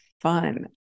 fun